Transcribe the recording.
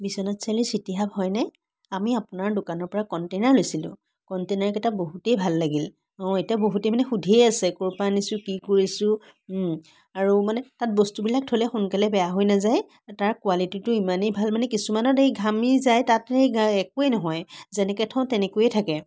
বিশ্বনাথ চাৰিআলিৰ city hub হয়নে আমি আপোনাৰ দোকানৰ পৰা কণ্টেইনাৰ লৈছিলো কণ্টেইনাৰকেইটা বহুতেই ভাল লাগিল অঁ এতিয়া বহুতে মানে সুধিয়ে আছে ক'ৰ পৰা আনিছো কি কৰিছো আৰু মানে তাত বস্তুবিলাক থ'লে সোনকালে বেয়া হৈ নেযায় আৰু তাৰ কোৱালিটিটো ইমানেই ভাল মানে কিছুমানত সেই ঘামি যায় তাত সেই একোৱেই নহয় যেনেকৈ থওঁ তেনেকৈয়ে থাকে